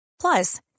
Plus